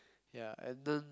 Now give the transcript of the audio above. ya and then